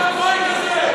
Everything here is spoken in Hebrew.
אתה, את הבית הזה.